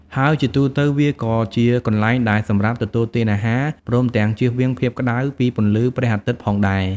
ហើយជាទូទៅវាក៏ជាកន្លែងដែលសម្រាប់ ទទួលទានអារហារ ព្រមទាំងជៀសវាងភាពក្តៅពីពន្លឺព្រះអាទិត្យផងដែរ ។